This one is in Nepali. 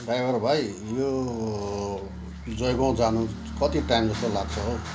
ड्राइभर भाइ यो जयगाउँ जान कति टाइम जस्तो लाग्छ हो